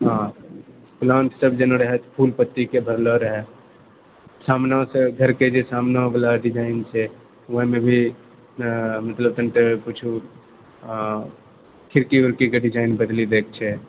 हँ प्लांट सब जेना रहए फूल पत्तीके भरले रहए सामनासंँ घरके जे सामना वला डिज़ाइन छै ओहिमे भी मतलब कनिटा किछु खिड़की उड़कीके डिजाइन बदली दएके छै